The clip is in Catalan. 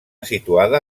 situada